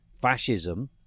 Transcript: fascism